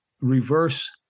reverse